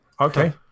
Okay